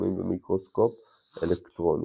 בצילומים במיקרוסקופ אלקטרונים.